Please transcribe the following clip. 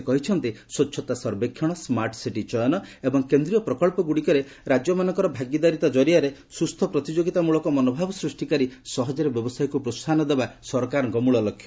ସେ କହିଛନ୍ତି ସ୍ୱଚ୍ଚତା ସର୍ବେକ୍ଷଣ ସ୍କାଟ୍ ସିଟି ଚୟନ ଏବଂ କେନ୍ଦ୍ରୀୟ ପ୍ରକଳ୍ପଗୁଡ଼ିକରେ ରାଜ୍ୟମାନଙ୍କ ଭାଗିଦାରିତା କରିଆରେ ସୁସ୍ଥ ପ୍ରତିଯୋଗିତାମୂଳକ ମନୋଭାବ ସୃଷ୍ଟିକାରୀ ସହଜରେ ବ୍ୟବସାୟକୁ ପ୍ରୋହାହନ ଦେବା ସରକାରଙ୍କ ମୂଳ ଲକ୍ଷ୍ୟ